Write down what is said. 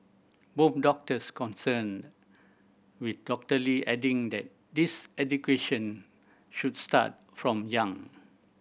both doctors concerned with Doctor Lee adding that this education should start from young